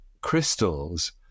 crystals